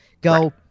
go